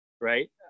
right